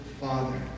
father